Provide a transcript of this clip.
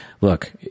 Look